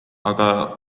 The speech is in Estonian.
aga